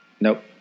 Nope